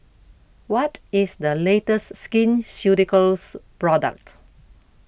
What IS The latest Skin Ceuticals Product